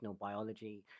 biology